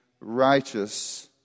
righteous